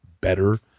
better